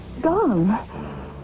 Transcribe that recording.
Gone